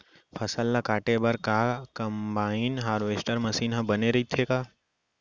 फसल ल काटे बर का कंबाइन हारवेस्टर मशीन ह बने रइथे का?